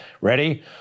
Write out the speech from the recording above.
Ready